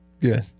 good